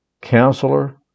Counselor